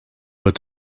were